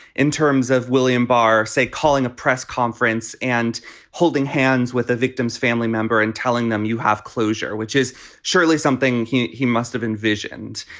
in terms of william barr, say, calling a press conference and holding hands with a victim's family member and telling them you have closure, which is surely something he he must have envisioned.